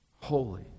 holy